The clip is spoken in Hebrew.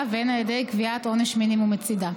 והן על ידי קביעת עונש מינימום בצידה.